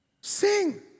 Sing